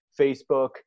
Facebook